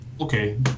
Okay